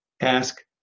ask